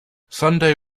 sunday